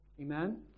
Amen